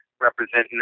representing